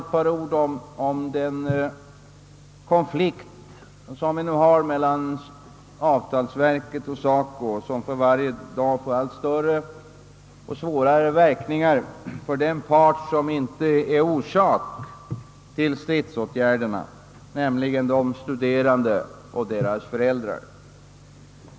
Några ord om den konflikt som vi nu har mellan avtalsverket och SACO och som för varje dag får allt svårare verkningar för den part som inte är orsak till stridsåtgärderna, nämligen de studerande och deras för äldrar.